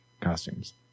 costumes